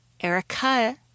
erica